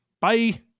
Bye